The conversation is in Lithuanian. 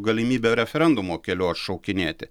galimybe referendumo keliu atšaukinėti